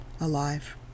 alive